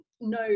no